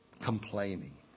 Complaining